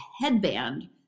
headband